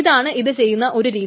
ഇതാണ് ഇത് ചെയ്യുന്ന ഒരു രീതി